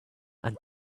and